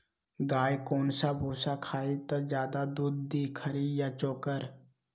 गाय कौन सा भूसा खाई त ज्यादा दूध दी खरी या चोकर?